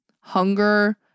hunger